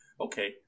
Okay